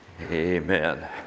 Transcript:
Amen